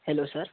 hello sir